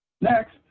Next